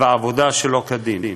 ועבודה שלא כדין.